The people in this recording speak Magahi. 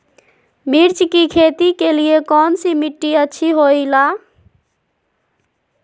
मिर्च की खेती के लिए कौन सी मिट्टी अच्छी होईला?